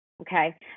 okay